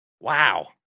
Wow